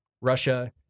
Russia